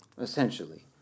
essentially